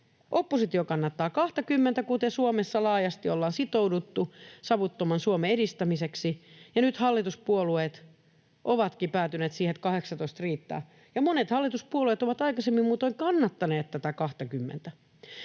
Oppositio kannattaa 20:tä, kuten Suomessa laajasti ollaan sitouduttu savuttoman Suomen edistämiseksi, ja nyt hallituspuolueet ovatkin päätyneet siihen, että 18 riittää. Ja monet hallituspuolueet muutoin ovat aikaisemmin kannattaneet tätä 20:tä.